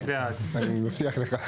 אני מבטיח לך.